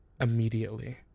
immediately